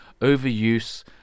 overuse